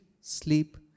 sleep